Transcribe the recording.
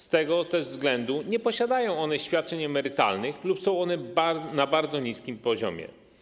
Z tego też względu nie posiadają one świadczeń emerytalnych lub są one na bardzo niskim poziomie.